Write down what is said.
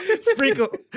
sprinkle